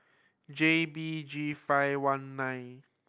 J B G five one nine